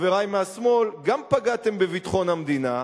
חברי מהשמאל, גם פגעתם בביטחון המדינה,